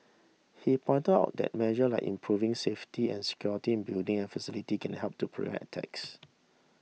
he pointed out that measures like improving safety and security in buildings and facilities can help to prevent attacks